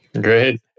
Great